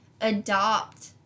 adopt